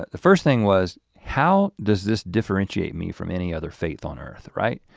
ah first thing was how does this differentiate me from any other faith on earth right?